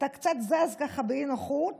אתה קצת זז ככה באי-נוחות